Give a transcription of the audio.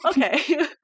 okay